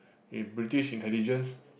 a British intelligence